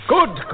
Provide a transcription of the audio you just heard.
Good